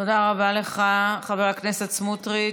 תודה רבה לך, חבר הכנסת סמוטריץ'.